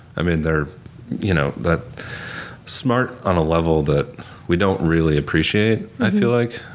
i mean they're you know but smart on a level that we don't really appreciate, i feel like.